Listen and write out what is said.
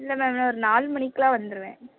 இல்லை மேம் நான் ஒரு நாலு மணிக்கெலாம் வந்துடுவேன்